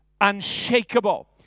unshakable